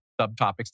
subtopics